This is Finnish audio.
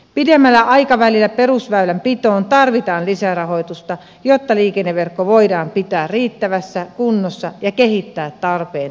pidemmällä aikavälillä perusväylänpitoon tarvitaan lisärahoitusta jotta liikenneverkko voidaan pitää riittävässä kunnossa ja kehittää tarpeenmukaisesti